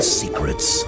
secrets